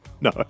No